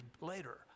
later